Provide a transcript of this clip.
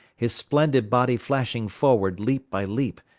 his splendid body flashing forward, leap by leap,